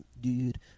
dude